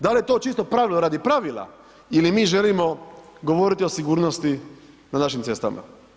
Da li je to čisto pravilo radi pravila ili mi želimo govoriti o sigurnosti na našim cestama?